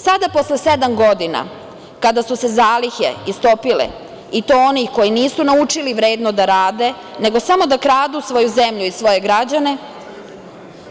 Sada, posle sedam godina, kada su se zalihe istopile, i to onih koji nisu naučili vredno da rade nego samo da kradu svoju zemlju i svoje građane